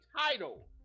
title